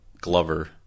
Glover